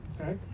okay